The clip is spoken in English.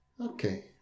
okay